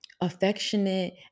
affectionate